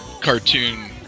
cartoon